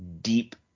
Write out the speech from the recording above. deep